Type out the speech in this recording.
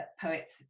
poets